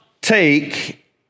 take